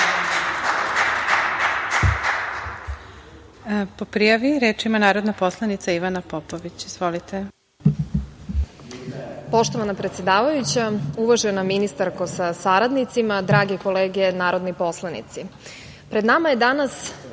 Po prijavi, reč ima narodna poslanica Ivana Popović. Izvolite. **Ivana Popović** Poštovana predsedavajuća, uvažena ministarko sa saradnicima, drage kolege narodni poslanici, pred nama je danas